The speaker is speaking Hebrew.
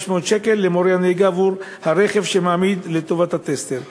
שקל למורה הנהיגה עבור הרכב שהוא מעמיד לטובת הטסטר,